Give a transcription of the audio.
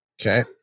Okay